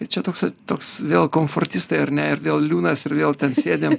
tai čia toks toks vėl konfortistai ar ne ir vėl liūnas ir vėl ten sėdim